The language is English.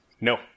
No